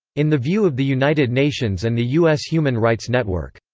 in the view of the united nations and the u s. human rights network,